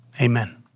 amen